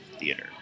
theater